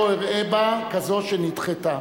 לא אראה בה כזאת שנדחתה,